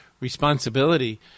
responsibility